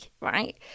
right